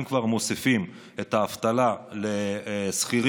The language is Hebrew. אם כבר מוסיפים את האבטלה לשכירים,